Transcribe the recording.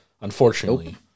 unfortunately